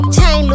Chain